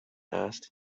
asked